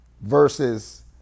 versus